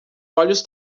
olhos